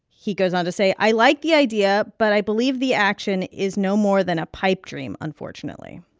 he goes on to say, i like the idea, but i believe the action is no more than a pipe dream, unfortunately